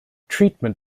treatment